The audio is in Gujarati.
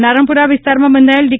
નારણપુરા વિસ્તારમાં બંધાયેલા ડી